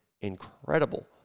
incredible